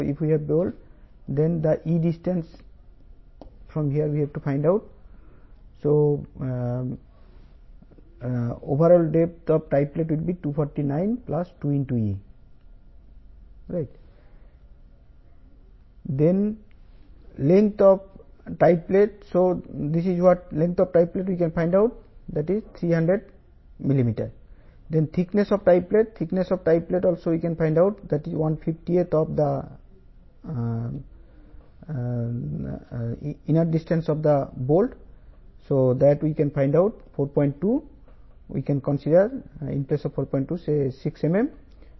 8 mm tie plate యొక్క పొడవు 300 mm tie plate యొక్క మందం 300 × 320 × 6 మిమీ టై ప్లేట్ను పెట్టాలి మరియు బొమ్మలో చూపిన విధంగా బోల్ట్లతో కనెక్ట్ చేయండి